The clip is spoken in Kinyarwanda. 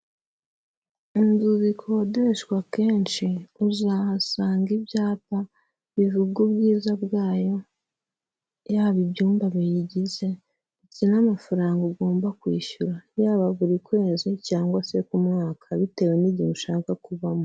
Inzu zikodeshwa kenshi uzahasanga ibyapa bivuga ubwiza bwayo, yaba ibyumba biyigize ndetse n'amafaranga ugomba kwishyura. Yaba buri kwezi cyangwa se ku mwaka bitewe n'igihe ushaka kubamo.